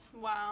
Wow